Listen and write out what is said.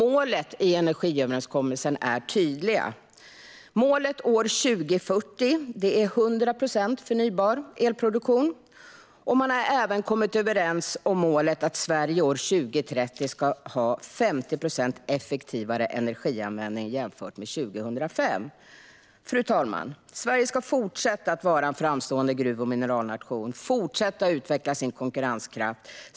Målen i energiöverenskommelsen är tydliga. Målet år 2040 är 100 procent förnybar elproduktion. Man har även kommit överens om målet att Sverige år 2030 ska ha 50 procent effektivare energianvändning jämfört med 2005. Fru talman! Sverige ska fortsätta att vara en framstående gruv och mineralnation och fortsätta att utveckla sin konkurrenskraft.